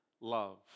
love